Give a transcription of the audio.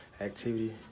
activity